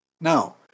Now